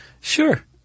Sure